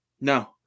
No